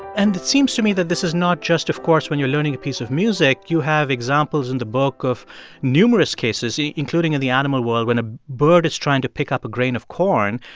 and it seems to me that this is not just, of course, when you're learning a piece of music. you have examples in the book of numerous cases, including in the animal world. when a bird is trying to pick up a grain of corn,